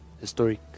historic